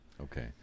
Okay